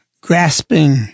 grasping